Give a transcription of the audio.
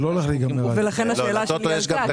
לכן השאלה שלי הייתה.